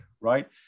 right